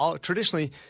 Traditionally